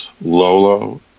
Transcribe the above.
Lolo